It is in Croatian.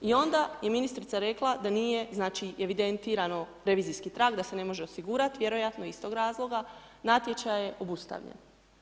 I onda je ministrica rekla da nije evidentirano revizijski trag, da se ne može osigurati, vjerojatno iz tog razloga, natječaj je obustavljen.